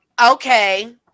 Okay